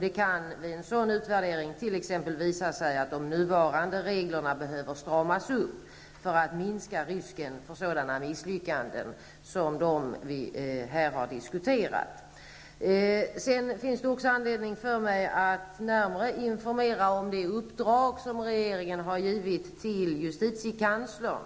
En sådan utvärdering kan t.ex. visa att de nuvarande reglerna behöver stramas upp för att minska risken för sådana misslyckanden som de vi här har diskuterat. Vidare finns det anledning för mig att närmare informera om det uppdrag som regeringen har givit till justitiekanslern.